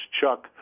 Chuck